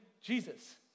Jesus